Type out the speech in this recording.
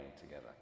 together